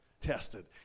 Tested